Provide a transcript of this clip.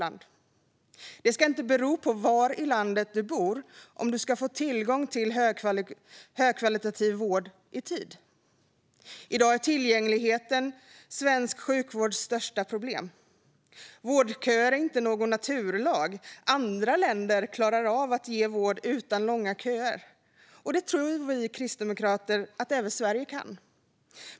Var i landet man bor ska inte avgöra om man får tillgång till högkvalitativ vård i tid. I dag är tillgängligheten svensk sjukvårds största problem. Vårdköer är inte någon naturlag. Andra länder klarar av att ge vård utan långa köer, och det tror vi kristdemokrater att även Sverige kan.